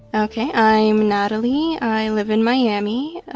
ok. i'm natalie. i live in miami.